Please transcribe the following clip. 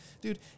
dude